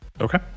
Okay